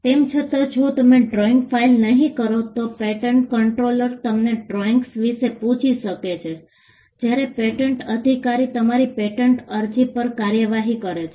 તેમ છતાં જો તમે ડ્રોઇંગ ફાઇલ નહીં કરો તો પેટન્ટ કન્ટ્રોલર તમને ડ્રૉઇંગસ વિશે પૂછી શકે છે જ્યારે પેટન્ટ અધિકારી તમારી પેટન્ટ અરજી પર કાર્યવાહી કરે છે